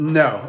no